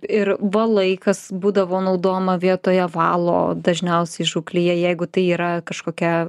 ir buvo laikas būdavo naudojama vietoje valo dažniausiai žūklėje jeigu tai yra kažkokia